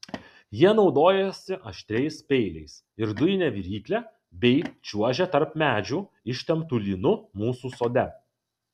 jie naudojasi aštriais peiliais ir dujine virykle bei čiuožia tarp medžių ištemptu lynu mūsų sode